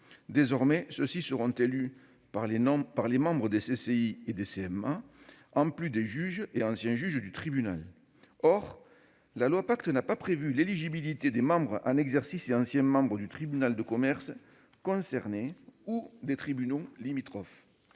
des chambres de métiers et de l'artisanat, les CMA, en plus des juges et anciens juges du tribunal. Or la loi Pacte n'a pas prévu l'éligibilité des membres en exercice et anciens membres du tribunal de commerce concerné ou des tribunaux limitrophes.